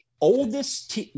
oldest